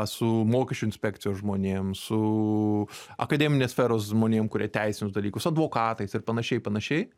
su mokesčių inspekcijos žmonėm su akademinės sferos žmonėm kurie teisinius dalykus su advokatais ir panašiai panašiai